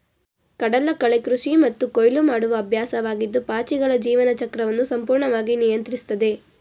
ಕಡಲಕಳೆ ಕೃಷಿ ಮತ್ತು ಕೊಯ್ಲು ಮಾಡುವ ಅಭ್ಯಾಸವಾಗಿದ್ದು ಪಾಚಿಗಳ ಜೀವನ ಚಕ್ರವನ್ನು ಸಂಪೂರ್ಣವಾಗಿ ನಿಯಂತ್ರಿಸ್ತದೆ